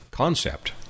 concept